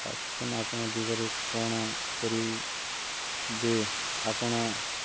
ଆପଣ ଦିଗରେ କ'ଣ କରିବେ ଆପଣ